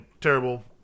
terrible